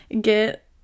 Get